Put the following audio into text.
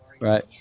Right